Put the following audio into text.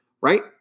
right